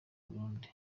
burundi